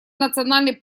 национальный